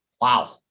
Wow